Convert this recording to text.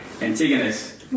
Antigonus